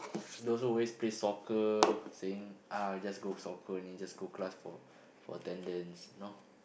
those who always play soccer saying uh just go soccer only just go class for for attendance you know